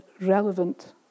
relevant